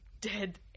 dead